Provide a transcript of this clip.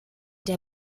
der